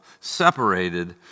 Separated